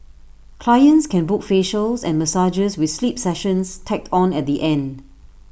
clients can book facials and massages with sleep sessions tacked on at the end